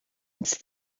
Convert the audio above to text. als